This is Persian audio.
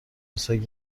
مسواک